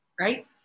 right